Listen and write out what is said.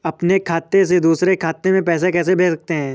अपने खाते से दूसरे खाते में पैसे कैसे भेज सकते हैं?